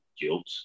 guilt